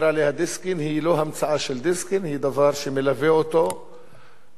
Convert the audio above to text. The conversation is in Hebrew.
היא לא המצאה של דיסקין אלא היא דבר שמלווה אותו לאורך שנים.